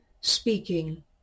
speaking